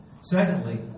Secondly